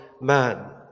man